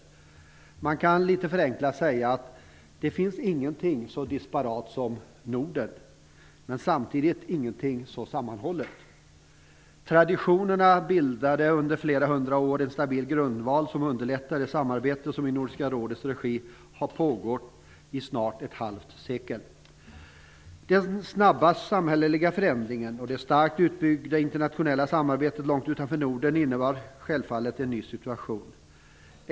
Litet förenklat kan man säga att det finns ingenting som är så disparat som Norden och samtidigt ingenting som är så sammanhållet. Traditionerna bildade under flera hundra år en stabil grundval, som underlättar det samarbete som i Nordiska rådets regi har pågått i snart ett halvt sekel. Den snabba samhälleliga förändringen och det starkt utbyggda internationella samarbetet långt utanför Norden innebär självfallet en ny situation.